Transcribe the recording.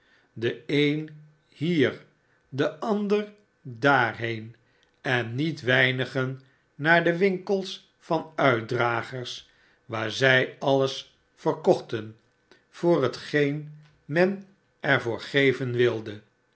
de een hier de ander daarheen en met weimgen naar de winkels van uitdragers waar zij alles veriochten voor hetgeen men er voor geven wilde